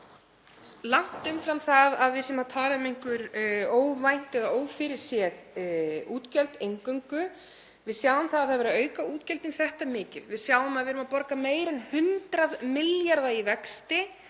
6%, langt umfram það að við séum að tala um einhver óvænt eða ófyrirséð útgjöld eingöngu. Við sjáum að það er verið að auka útgjöldin þetta mikið. Við sjáum að við erum að borga meira en 100 milljarða í vexti